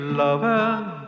loving